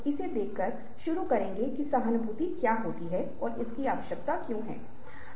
अब आप देखते हैं कि हम ऐसी स्थिति में हैं जहाँ मैं वास्तव में आपके साथ एक गतिविधि नहीं कर पाऊँगा